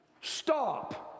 stop